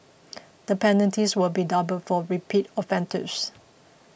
the penalties will be doubled for repeat offenders